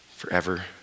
forever